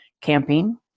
camping